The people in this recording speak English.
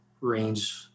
range